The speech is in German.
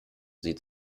sie